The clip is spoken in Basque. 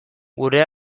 gure